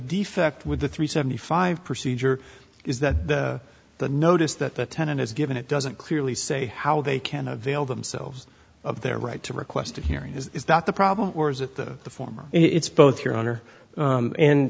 defect with the three seventy five procedure is that the notice that the tenant has given it doesn't clearly say how they can avail themselves of their right to request a hearing is that the problem or is it that the former it's both your honor